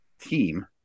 team